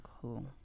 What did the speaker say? cool